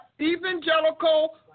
evangelical